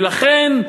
לכן,